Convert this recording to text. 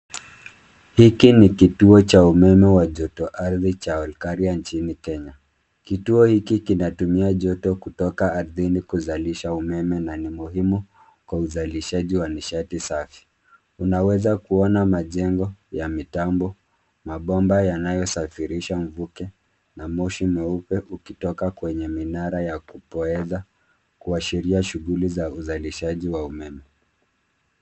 Hiki ni kituo cha umeme wa joto ardhi cha Alkaria nchini Kenya. Kituo hiki kinatumia joto kutoka ardhini kuzalisha umeme na ni muhimu kwa uzalishaji wa nishati safi. Unaweza kuona majengo ya mitambo, mabomba yanayosafirisha mvuke na moshi mweupe ukitoka kwenye minara ya kupoeza kuashiria shughuli za uzalishaji wa umeme.